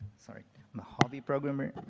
sorry, i'm a hobby programmer.